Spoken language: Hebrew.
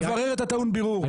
לברר את הטעון בירור,